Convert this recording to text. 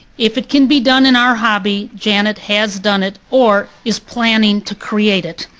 if it can be done in our hobby, janet has done it or is planning to create it.